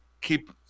keep